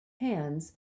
Hands